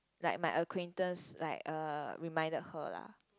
like my acquaintance like uh reminded her lah